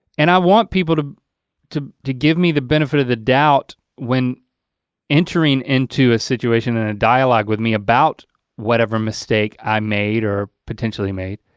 and i want people to to give me the benefit of the doubt when entering into a situation and a dialogue with me about whatever mistake i made or potentially made.